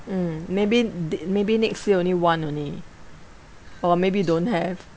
mm maybe th~ maybe next year only one only or maybe don't have